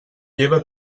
lleva